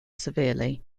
severely